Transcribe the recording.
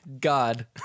God